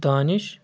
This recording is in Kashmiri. دانِش